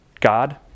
God